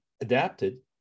adapted